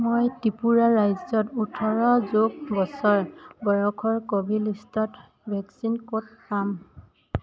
মই ত্ৰিপুৰা ৰাজ্যত ওঠৰ যোগ বছৰ বয়সৰ কোভিলিষ্টত ভেকচিন ক'ত পাম